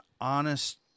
honest